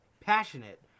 passionate